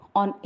on